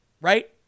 Right